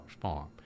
Farm